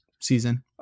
season